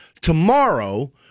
tomorrow